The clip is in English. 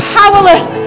powerless